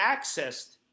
accessed